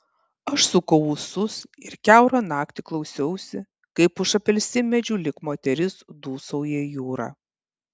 aš sukau ūsus ir kiaurą naktį klausiausi kaip už apelsinmedžių lyg moteris dūsauja jūra